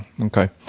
Okay